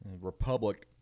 Republic